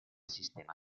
sistema